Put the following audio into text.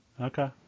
Okay